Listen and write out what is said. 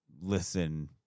listen